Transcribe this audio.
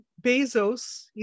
Bezos